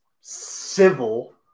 civil